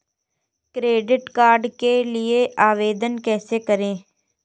Credit card के लिए आवेदन कैसे करें?